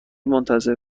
منتظر